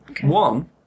One